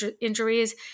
injuries